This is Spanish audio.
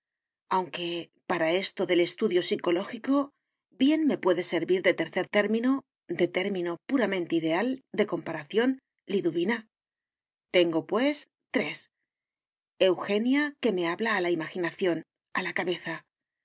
aunque para esto del estudio psicológico bien me puede servir de tercer término de término puramente ideal de comparación liduvina tengo pues tres eugenia que me habla a la imaginación a la cabeza